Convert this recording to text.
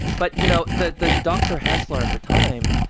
but, you know, the the dr. hassler, at the time,